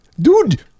dude